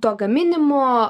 to gaminimo